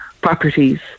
properties